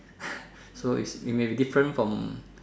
so it may be different from